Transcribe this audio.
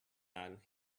land